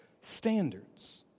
standards